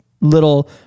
little